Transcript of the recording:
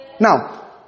Now